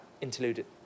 interlude